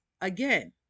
again